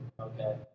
Okay